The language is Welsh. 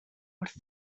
wrth